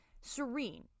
Serene